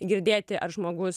girdėti ar žmogus